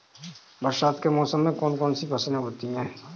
बरसात के मौसम में कौन कौन सी फसलें होती हैं?